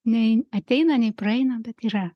nei ateina nei praeina bet yra